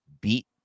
beat